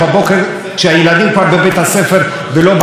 חמש הסלמות, 500 טילים על עוטף עזה.